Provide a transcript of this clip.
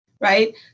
Right